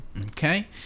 Okay